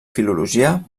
filologia